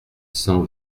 cent